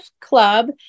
club